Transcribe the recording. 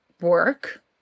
work